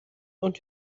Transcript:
und